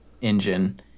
engine